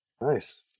Nice